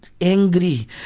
angry